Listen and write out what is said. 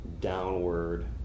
downward